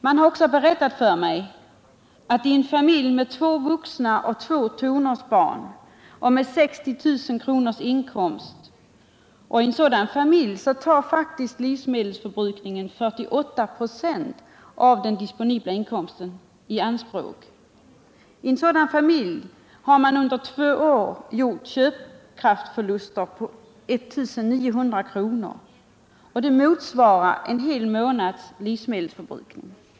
Man har också berättat för mig att i en familj med två vuxna och två tonårsbarn och med 60 000 kronors inkomst tar faktiskt livsmedelsförbrukningen 48 96 av den disponibla inkomsten i anspråk. En sådan familj har under två år gjort köpkraftsförluster på 1900 kr. Det motsvarar en hel månads livsmedelsförbrukning.